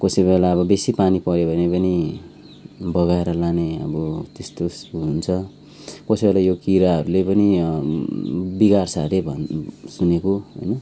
कोसै बेला अब बेसि पानी पऱ्यो भने पनि बगाएर लाने अब तेस्तो हुन्छ कसैको त यो किराहरूले पनि बिगार्छ अरे भन् सुनेको होइन